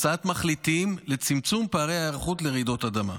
הצעת מחליטים לצמצום פערי ההיערכות לרעידות אדמה.